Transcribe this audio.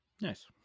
Nice